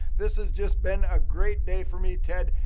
this has just been a great day for me, ted.